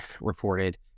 reported